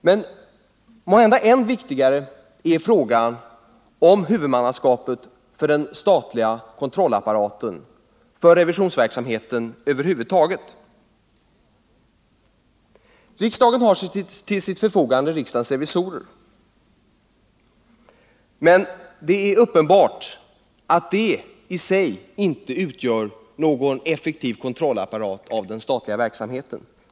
Men än viktigare är måhända frågan om huvudmannaskapet för den statliga kontrollapparaten över huvud taget. Riksdagen har till sitt förfogande riksdagens revisorer. Men det är uppenbart att den institutionen inte utgör någon effektiv apparat för kontroll av den statliga verksamheten.